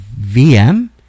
VM